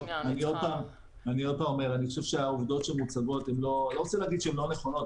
אני לא רוצה להגיד שהעובדות שמוצגות הן לא נכונות,